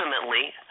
ultimately